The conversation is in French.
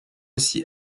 aussi